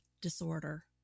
disorder